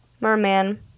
Merman